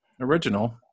original